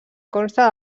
consta